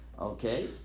okay